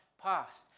past